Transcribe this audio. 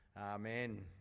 Amen